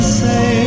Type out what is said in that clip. say